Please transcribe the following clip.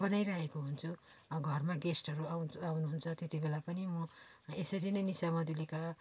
बनाइरहेको हुन्छु घरमा गेस्टहरू आउनु आउनु हुन्छ त्यति बेला पनि म यसरी नै निसा मधुलिका